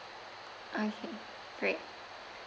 okay great